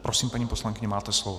Prosím, paní poslankyně, máte slovo.